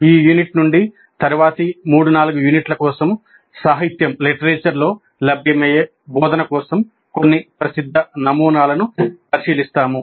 ఈ యూనిట్ నుండి తరువాతి 3 4 యూనిట్ల కోసం సాహిత్యంలో లభ్యమయ్యే బోధన కోసం కొన్ని ప్రసిద్ధ నమూనాలను పరిశీలిస్తాము